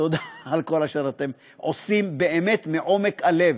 תודה על כל אשר אתם עושים, באמת, מעומק הלב.